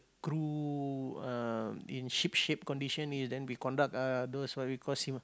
crew uh in ship shape condition is then we conduct uh those what we call simu~